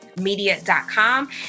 media.com